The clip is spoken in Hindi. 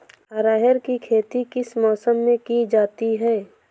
अरहर की खेती किस मौसम में की जाती है?